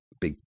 big